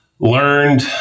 learned